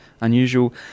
Unusual